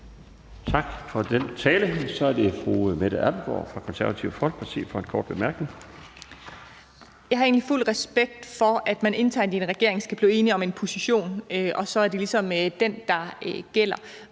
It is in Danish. Tak for den tale. Så er det fru Mette Abildgaard fra Det Konservative Folkeparti for en kort bemærkning. Kl. 17:41 Mette Abildgaard (KF): Jeg har egentlig fuld respekt for, at man internt i en regering skal blive enig om en position, og så er det ligesom den, der gælder.